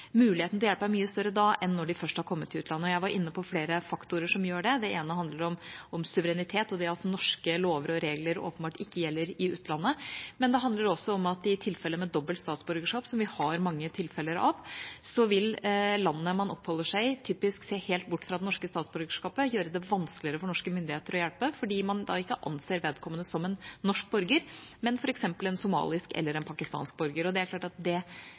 Muligheten til hjelp er mye større da enn når de først er kommet til utlandet. Jeg var inne på flere faktorer som gjør det. Det ene handler om suverenitet og det at norske lover og regler åpenbart ikke gjelder i utlandet, men det handler også om at i tilfellene med dobbelt statsborgerskap, som vi har mange av, vil landet man oppholder seg i, typisk se helt bort fra det norske statsborgerskapet og gjøre det vanskeligere for norske myndigheter å hjelpe, fordi man da ikke anser vedkommende som norsk borger, men f.eks. som somalisk eller pakistansk borger. Det er klart at det